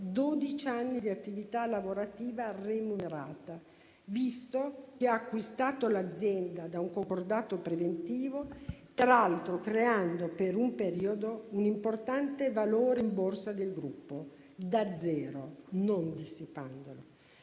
anni di attività lavorativa remunerata, visto che ha acquistato l'azienda da un concordato preventivo, peraltro creando per un periodo un importante valore in borsa del gruppo, da zero, non dissipandolo.